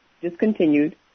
discontinued